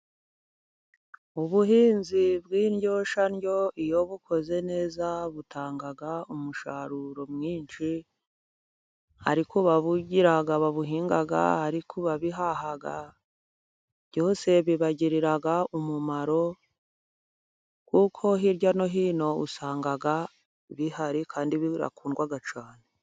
Ubuhinzi bw'indyoshyandyo iyo bukoze neza butanga umusaruro mwinshi ari kubabugira babuhinga ,ari ku babihaha, byose bibagirira umumaro kuko hirya no hino usanga bihari kandi bikundwaga cyane.